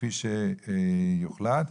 כפי שיוחלט.